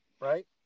right